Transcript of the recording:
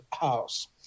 house